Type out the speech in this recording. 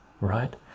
right